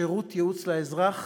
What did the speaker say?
שירות ייעוץ לאזרח